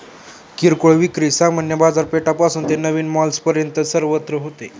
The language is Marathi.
किरकोळ विक्री सामान्य बाजारपेठेपासून ते नवीन मॉल्सपर्यंत सर्वत्र होते